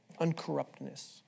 Uncorruptness